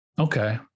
okay